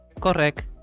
Correct